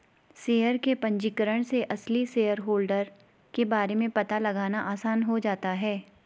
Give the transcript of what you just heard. share के पंजीकरण से असली शेयरहोल्डर के बारे में पता लगाना आसान हो जाता है